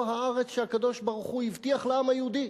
הארץ שהקדוש-ברוך-הוא הבטיח לעם היהודי.